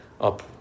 up